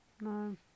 No